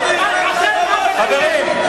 חברים.